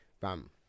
bam